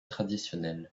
traditionnels